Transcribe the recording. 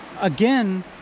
again